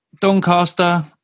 Doncaster